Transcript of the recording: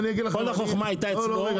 כל החוכמה הייתה אצלו.